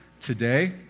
today